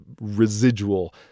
residual